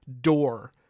door